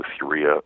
urea